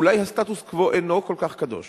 אולי הסטטוס-קוו אינו כל כך קדוש